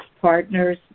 partners